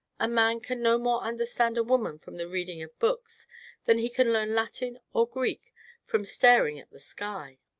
a man can no more understand a woman from the reading of books than he can learn latin or greek from staring at the sky.